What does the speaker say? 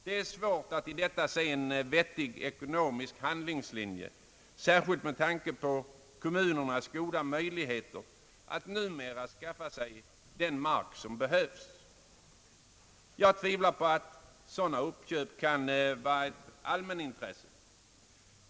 Det är svårt att i detta se en vettig ekonomisk handlingslinje, särskilt med tanke på kommunernas goda möjligheter numera att skaffa sig den mark som behövs. Jag tvivlar på att sådana uppköp kan vara ett allmänintresse.